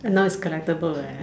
and now it's collectable eh